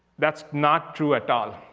that's not true at all.